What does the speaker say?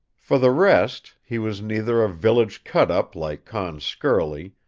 for the rest he was neither a village cut-up like con skerly,